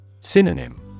Synonym